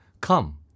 Come